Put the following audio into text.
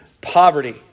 poverty